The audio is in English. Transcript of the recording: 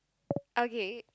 okay